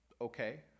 okay